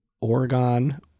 Oregon